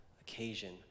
occasion